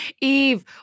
Eve